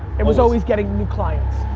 it was always getting new clients.